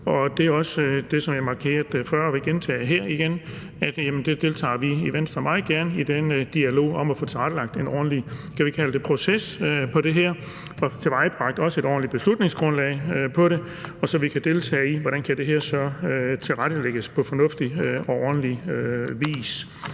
Det er også det, jeg markerede før og vil gentage her, altså at i Venstre deltager vi meget gerne i den dialog om at få tilrettelagt en ordentlig proces i forhold til det her og også få tilvejebragt et ordentligt beslutningsgrundlag i forhold til det, og så vi kan deltage i, hvordan det her så kan tilrettelægges på fornuftig og ordentlig vis.